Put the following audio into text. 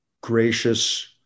gracious